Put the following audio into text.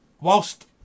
whilst